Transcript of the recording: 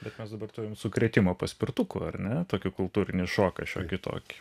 bet mes dabar turime sukrėtimą paspirtukų ar ne tokį kultūrinį šoką šiokį tokį